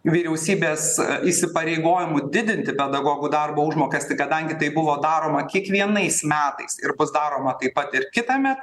vyriausybės įsipareigojimu didinti pedagogų darbo užmokestį kadangi tai buvo daroma kiekvienais metais ir bus daroma taip pat ir kitąmet